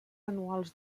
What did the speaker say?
anuals